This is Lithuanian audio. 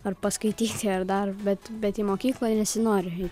ar paskaityti ar dar bet bet į mokyklą nesinori